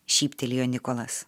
šyptelėjo nikolas